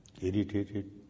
irritated